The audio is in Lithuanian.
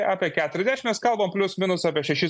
apie keturiasdešim mes kalbam plius minus apie šešis